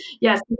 yes